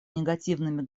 негативными